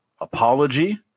apology